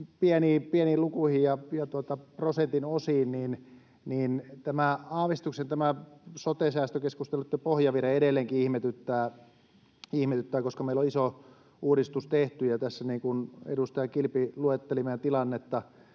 pieniin lukuihin ja prosentin osiin aavistuksen sote-säästökeskusteluitten pohjavire edelleenkin ihmetyttää, koska meillä on iso uudistus tehty. Ja niin kuin edustaja Kilpi luetteli meidän tilannetta